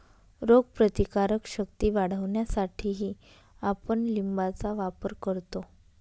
रोगप्रतिकारक शक्ती वाढवण्यासाठीही आपण लिंबाचा वापर करतो